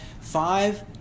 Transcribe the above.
five